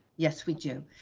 yes we do.